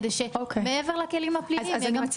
כדי שמעבר לכלים הפליליים יהיו גם כלים מינהליים.